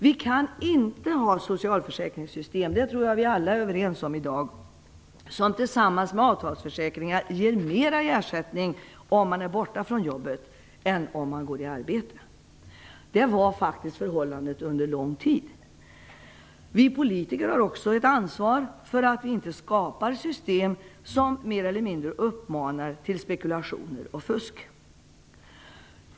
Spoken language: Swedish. Vi kan inte ha socialförsäkringssystem, och det tror jag att vi alla i dag är överens om, som tillsammans med avtalsförsäkringar ger mer i ersättning om man är borta från jobbet än om man är i arbete. Det var det faktiska förhållandet under en lång tid. Vi politiker har också ett ansvar för att system inte skapas som mer eller mindre uppmanar till spekulation och fusk.